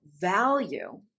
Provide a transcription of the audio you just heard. value